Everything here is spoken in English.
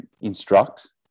instruct